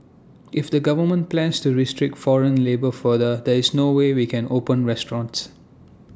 if the government plans to restrict foreign labour further there is no way we can open restaurants